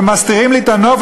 ומסתירים לי את הנוף?